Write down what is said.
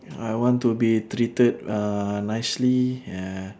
ya I want to be treated uh nicely and